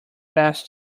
past